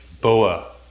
boa